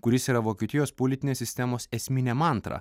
kuris yra vokietijos politinės sistemos esminė mantra